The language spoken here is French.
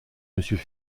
monsieur